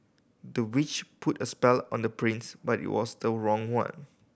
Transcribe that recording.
the witch put a spell on the prince but it was the wrong one